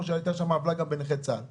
או שהייתה עוולה גם בקצבת נכי צה"ל?